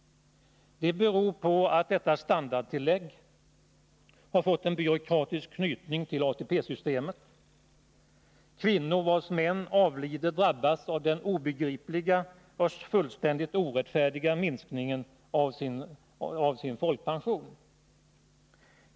Det beror på att detta standardtillägg fått en byråkratisk knytning till ATP-systemet. Kvinnor vars män avlider drabbas av denna obegripliga och fullständigt orättfärdiga minskning av sin folkpension.